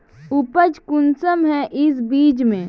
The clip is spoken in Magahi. उपज कुंसम है इस बीज में?